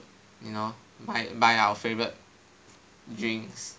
you know buy our favourite drinks